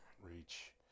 Reach